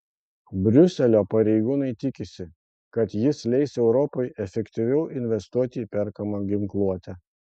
briuselio pareigūnai tikisi kad jis leis europai efektyviau investuoti į perkamą ginkluotę